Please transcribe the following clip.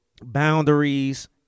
boundaries